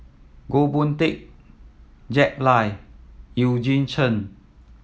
Goh Boon Teck Jack Lai Eugene Chen